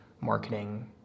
marketing